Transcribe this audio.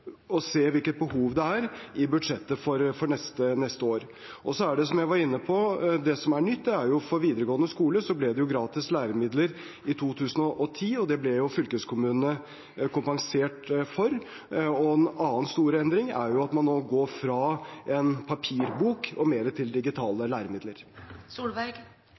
se hvilket behov det er i budsjettet for neste år. Og som jeg var inne på: Det som er nytt, er at det for videregående skoler ble gratis læremidler i 2010, og det ble fylkeskommunene kompensert for. En annen stor endring er at man nå går fra papirbok og mer over til digitale læremidler.